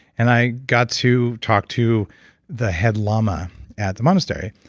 and i got to talk to the head lama at the monastery,